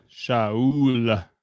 Shaul